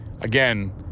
Again